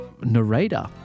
narrator